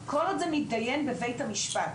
כל עוד זה מתדיין בבית המשפט,